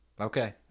Okay